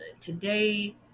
today